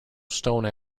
stone